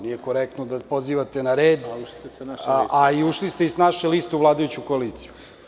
Nije korektno da se pozivate na red, a i ušli ste sa naše liste u vladajuću koaliciju.